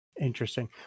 Interesting